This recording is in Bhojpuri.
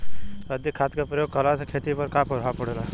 अधिक खाद क प्रयोग कहला से खेती पर का प्रभाव पड़ेला?